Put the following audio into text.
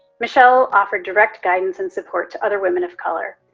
michelle offered direct guidance and support to other women of color.